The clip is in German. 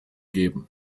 geben